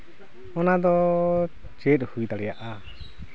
ᱚᱱᱟᱫᱚ ᱪᱮᱫ ᱦᱩᱭ ᱫᱟᱲᱮᱭᱟᱜᱼᱟ